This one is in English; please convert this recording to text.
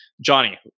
Johnny